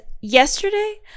Yesterday